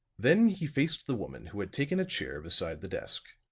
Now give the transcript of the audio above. then he faced the woman who had taken a chair beside the desk.